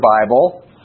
Bible